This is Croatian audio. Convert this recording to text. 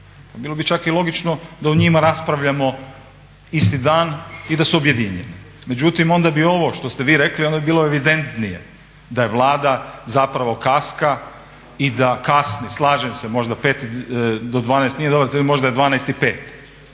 Bilo bi čak i logično da o njima raspravljamo isti dan i da su objedinjene, međutim onda bi ovo što ste vi rekli onda bi bilo evidentnije da Vlada zapravo kaska i da kasni. Slažem se možda pet do dvanaest nije dobar termin, možda je